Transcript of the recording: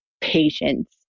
patience